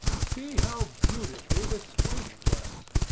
see how beautifully the spring works.